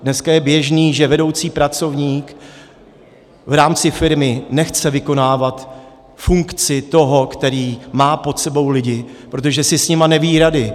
Dneska je běžné, že vedoucí pracovník v rámci firmy nechce vykonávat funkci toho, který má pod sebou lidi, protože si s nimi neví rady.